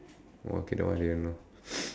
okay that one I didn't know